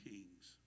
Kings